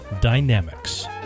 dynamics